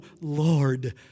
Lord